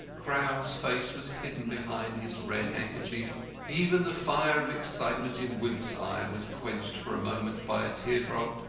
crowl's face was hidden behind his red handkerchief even the fire of excitement in wimp's eye was quenched for a moment by a teardrop,